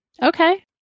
Okay